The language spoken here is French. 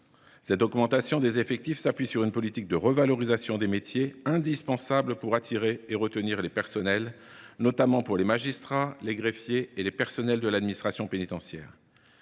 Cette augmentation des effectifs s’appuie sur une politique de revalorisation des métiers, indispensable pour attirer et retenir les personnels, notamment les magistrats, les greffiers et les personnels de l’administration pénitentiaire.